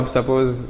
Suppose